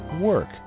work